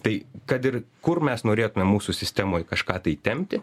tai kad ir kur mes norėtumėm mūsų sistemoj kažką tai tempti